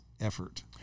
effort